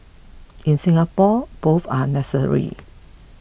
in Singapore both are necessary